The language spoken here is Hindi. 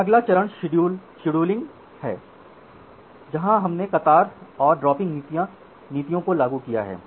फिर अगला चरण शेड्यूलिंग शेड्यूलिंग है जहां हमने कतार और ड्रॉपिंग नीतियों को लागू किया है